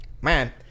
Man